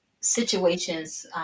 situations